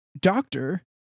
doctor